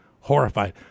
horrified